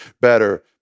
better